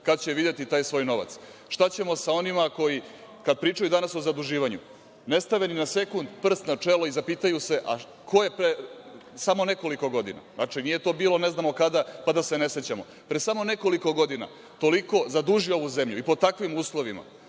kada će videti taj svoj novac. Šta ćemo sa onima koji kada pričaju danas o zaduživanju ne stave ni na sekund prst na čelo i zapitaju se – ko je pre samo nekoliko godina, znači nije to bilo ne znamo kada pa da se ne sećamo, toliko zadužio ovu zemlju i pod takvim uslovima